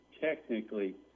technically